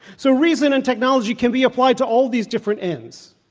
so, reason and technology can be applied to all these different ends.